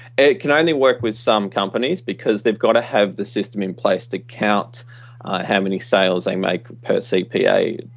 it can only work with some companies because they've got to have the system in place to count how many sales they make per cpa.